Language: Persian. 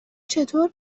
چطور